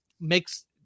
makes